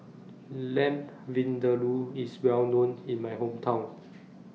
Lamb Vindaloo IS Well known in My Hometown